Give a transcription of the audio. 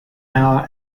hour